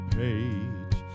page